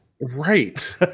right